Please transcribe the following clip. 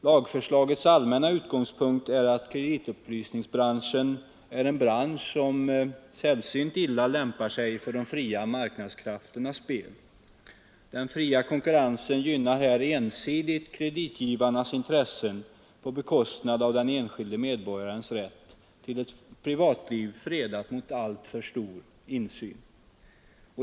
Lagförslagets allmänna utgångspunkt är att kreditupplysningsbranschen är en bransch som sällsynt illa lämpar sig för de fria marknadskrafternas spel. Den fria konkurrensen gynnar här ensidigt kreditgivarnas intressen på bekostnad av den enskilde medborgarens rätt till ett privatliv fredat mot alltför stor insyn.